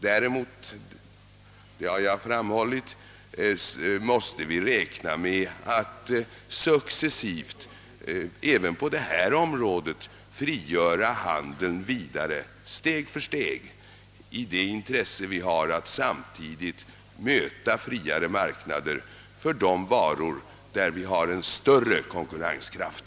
Däremot — och det har jag framhållit — måste vi räkna med att successivt även på detta område frigöra handeln vidare steg för steg mot bakgrund av det intresse vi har att samtidigt möta friare marknader för de varor där vi har stor konkurrenskraft.